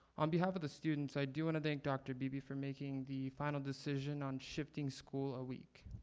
on behalf of the students i do want to thank dr. beebe for making the final decision on shifting school a week.